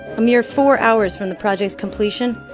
a mere four hours from the project's completion,